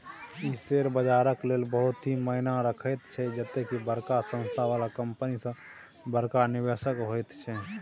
ई share बजारक लेल बहुत ही मायना रखैत छै जते की बड़का संस्था बला कंपनी सब बड़का निवेशक होइत छै